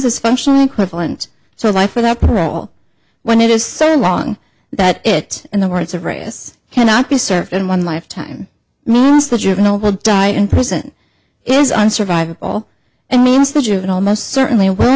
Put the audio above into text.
is functionally equivalent so life without parole when it is so long that it in the words of radius cannot be served in one lifetime the juvenile will die in prison is unsurvivable and means the juvenile most certainly will